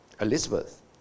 Elizabeth